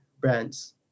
brands